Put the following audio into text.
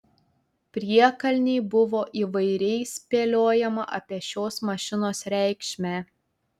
priekalnėj buvo įvairiai spėliojama apie šios mašinos reikšmę